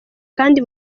kandi